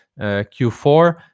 q4